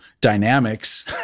dynamics